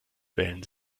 wählen